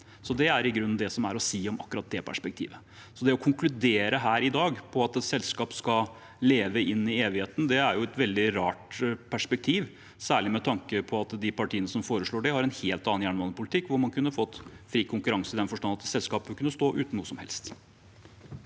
Det er i grunnen det som er å si om akkurat det perspektivet. Det å konkludere her i dag med at et selskap skal leve inn i evigheten, er et veldig rart perspektiv, særlig med tanke på at de partiene som foreslår det, har en helt annen jernbanepolitikk, hvor man kunne fått fri konkurranse i den forstand at selskapet kunne stå uten noe som helst.